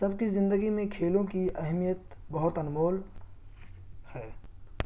سب کی زندگی میں کھیلوں کی اہمیت بہت انمول ہے